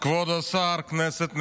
כבוד השר, כנסת נכבדה,